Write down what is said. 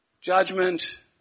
Judgment